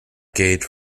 gauge